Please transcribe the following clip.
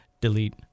delete